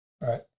Right